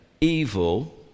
evil